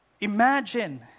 Imagine